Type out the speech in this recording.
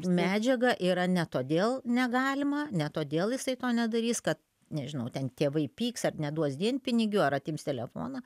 medžiagą yra ne todėl negalima ne todėl jisai to nedarys kad nežinau ten tėvai pyks ar neduos dienpinigių ar atims telefoną